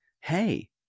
hey